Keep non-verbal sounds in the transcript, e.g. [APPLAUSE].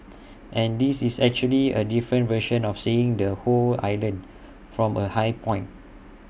[NOISE] and this is actually A different version of seeing the whole island from A high point